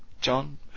John